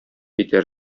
итәр